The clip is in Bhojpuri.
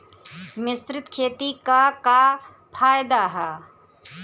मिश्रित खेती क का फायदा ह?